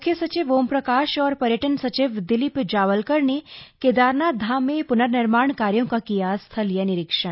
मुख्य सचिव ओमप्रकाश और पर्यटन सचिव दिलीप जावलकर ने केदारनाथ धाम में पुनर्निर्माण कार्यों का किया स्थलीय निरीक्षण